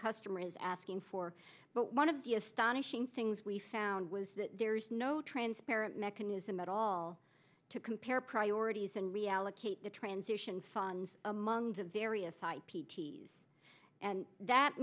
customer is asking for but one of the astonishing things we found was there is no transparent mechanism at all to compare priorities and reallocate the transition funds among the various ip ts and that